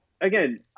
again